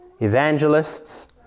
evangelists